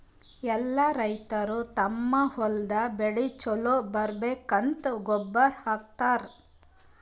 ಎಲ್ಲಾ ರೈತರ್ ತಮ್ಮ್ ಹೊಲದ್ ಬೆಳಿ ಛಲೋ ಬರ್ಬೇಕಂತ್ ಗೊಬ್ಬರ್ ಹಾಕತರ್